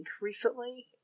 recently